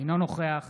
אינו נוכח